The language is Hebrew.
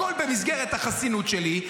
הכול במסגרת החסינות שלי,